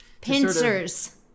Pincers